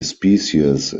species